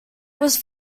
was